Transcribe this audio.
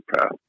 path